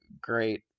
great